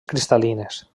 cristal·lines